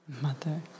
Mother